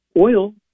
oil